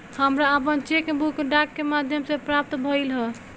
हमरा आपन cheque book डाक के माध्यम से प्राप्त भइल ह